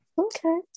okay